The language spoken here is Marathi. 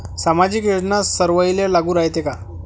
सामाजिक योजना सर्वाईले लागू रायते काय?